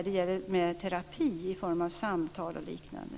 Det gäller terapi i form av samtal och liknande.